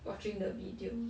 watching the video